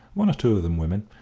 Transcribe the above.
one or two of them women,